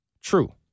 True